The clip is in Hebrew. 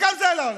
וגם זה לא עלה.